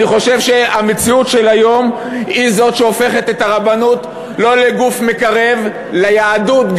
אני חושב שהמציאות של היום היא שהופכת את הרבנות לא לגוף מקרב ליהדות,